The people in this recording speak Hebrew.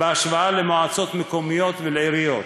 בהשוואה למועצות מקומיות ולעיריות.